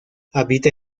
habita